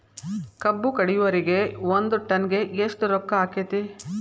ಕಬ್ಬು ಕಡಿಯುವರಿಗೆ ಒಂದ್ ಟನ್ ಗೆ ಎಷ್ಟ್ ರೊಕ್ಕ ಆಕ್ಕೆತಿ?